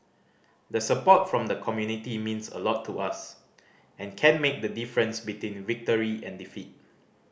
the support from the community means a lot to us and can make the difference between victory and defeat